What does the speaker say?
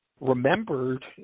remembered